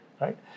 right